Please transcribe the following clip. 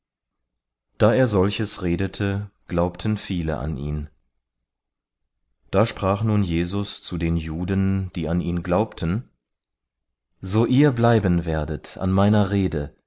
da er solches redete glaubten viele an ihn da sprach nun jesus zu den juden die an ihn glaubten so ihr bleiben werdet an meiner rede